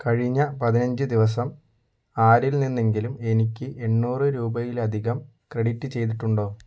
കഴിഞ്ഞ പതിനഞ്ച് ദിവസം ആരിൽ നിന്നെങ്കിലും എനിക്ക് എണ്ണൂറ് രൂപയിലധികം ക്രെഡിറ്റ് ചെയ്തിട്ടുണ്ടോ